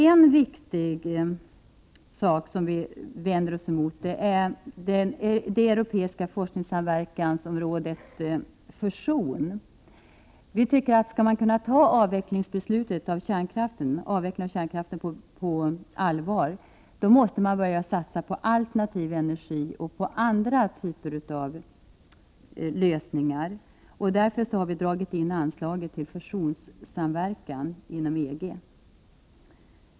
En viktig sak som vi vänder oss emot är det europeiska forskningssamverkansområdet fusion. Om man skall kunna ta beslutet om avveckling av kärnkraften på allvar, då måste man börja satsa på alternativ energi och på andra typer av lösningar. Därför vill vi dra in anslaget till forskningssamverkan om fusion inom EG.